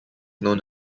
known